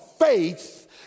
faith